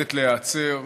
שעומדת להיעצר,